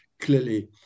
Clearly